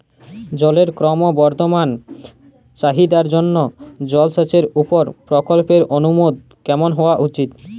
জলের ক্রমবর্ধমান চাহিদার জন্য জলসেচের উপর প্রকল্পের অনুমোদন কেমন হওয়া উচিৎ?